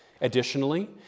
Additionally